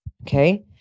Okay